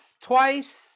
twice